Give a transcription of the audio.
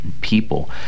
people